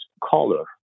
color